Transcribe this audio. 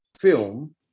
film